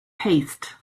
paste